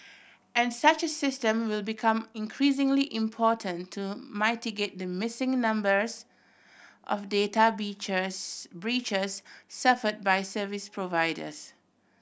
and such system will become increasingly important to mitigate the missing numbers of data breaches suffered by service providers